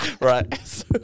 Right